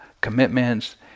commitments